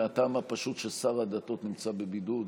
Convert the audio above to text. מהטעם הפשוט ששר הדתות נמצא בבידוד.